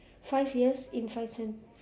five years in five sen~